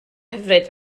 hyfryd